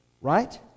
Right